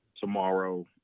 tomorrow